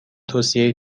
توصیه